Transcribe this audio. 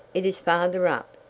it is farther up,